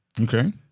okay